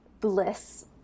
bliss